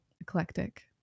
eclectic